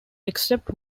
except